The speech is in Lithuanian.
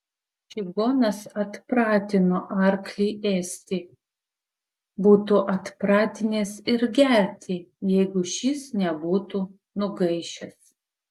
čigonas atpratino arklį ėsti būtų atpratinęs ir gerti jeigu šis nebūtų nugaišęs